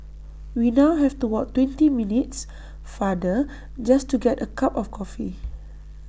we now have to walk twenty minutes farther just to get A cup of coffee